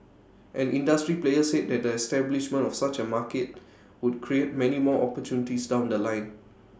an industry player said that the establishment of such A market would create many more opportunities down The Line